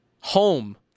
home